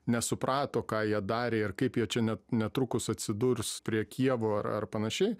nesuprato ką jie darė ir kaip jie čia net netrukus atsidurs prie kijevo ar ar panašiai